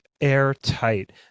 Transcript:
airtight